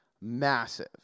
massive